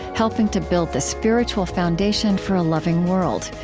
helping to build the spiritual foundation for a loving world.